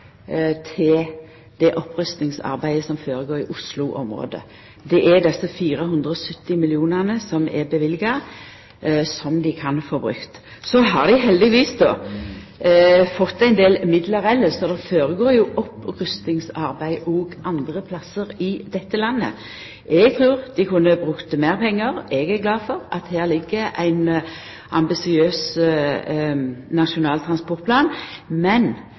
til det opprustingsarbeidet som går føre seg i Oslo-området. Det er dei 470 mill. kr som er løyvde, som dei kan bruka. Så har dei heldigvis fått ein del midlar elles. Det går jo føre seg opprustingsarbeid andre stader i dette landet. Eg trur dei kunne ha brukt meir pengar. Eg er glad for at det her ligg ein ambisiøs nasjonal transportplan. Men